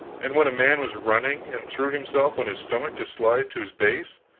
and when a man was running, and threw himself on his stomach to slide to his base,